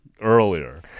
earlier